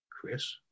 Chris